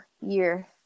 year